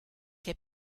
che